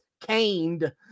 caned